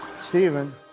Stephen